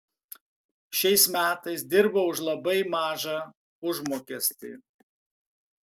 šiais metais dirbau už labai mažą užmokestį